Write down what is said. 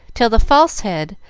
till the false head,